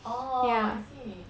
oh I see